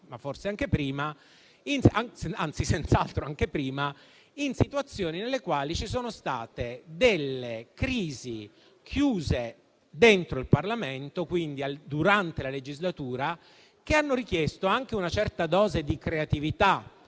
ma forse anche prima, anzi senz'altro anche prima, in situazioni nelle quali ci sono state delle crisi chiuse dentro il Parlamento, durante la legislatura, che hanno richiesto anche una certa dose di creatività